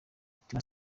tiwa